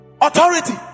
Authority